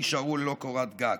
שיישארו ללא קורת גג?